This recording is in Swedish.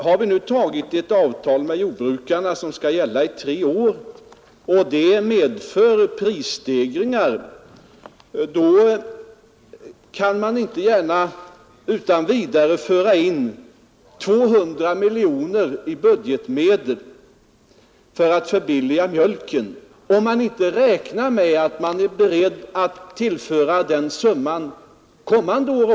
Har vi nu träffat ett avtal med jordbrukarna som skall gälla i tre år och det avtalet medför prisstegringar, då kan man inte gärna utan vidare anslå 200 miljoner kronor av budgetmedel för att förbilliga mjölken om man Nr 89 inte samtidigt är beredd att anslå det beloppet också kommande år.